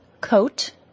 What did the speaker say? coat